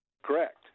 Correct